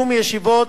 שום ישיבות,